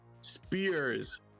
spears